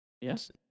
Yes